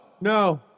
no